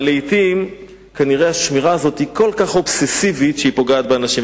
אבל לעתים כנראה השמירה הזאת היא כל כך אובססיבית שהיא פוגעת באנשים.